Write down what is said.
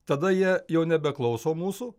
tada jie jau nebeklauso mūsų